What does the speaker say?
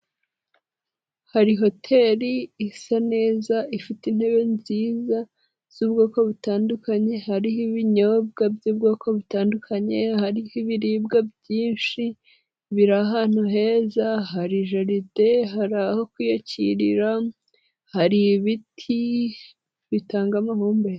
Hari hoteli isa neza ifite intebe nziza z'ubwoko butandukanye hariho ibinyobwa by'ubwoko butandukanye, hariho ibiribwa byinshi biri ahantu heza, hari jaride, hari aho kwiyakirira, hari ibiti bitanga amahumbezi.